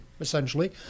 essentially